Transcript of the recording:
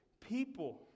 people